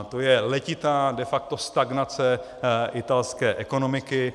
To je letitá de facto stagnace italské ekonomiky.